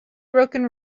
broken